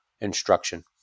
instruction